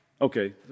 Okay